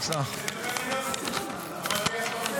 ולכן הממשלה החליטה כי המשך הליכי החקיקה ייעשה בהסכמת